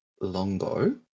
longbow